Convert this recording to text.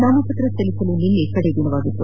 ನಾಮಪತ್ರ ಸಲ್ಲಿಸಲು ನಿನ್ನೆ ಕಡೆಯ ದಿನವಾಗಿತ್ತು